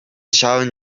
ҫавӑн